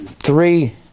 Three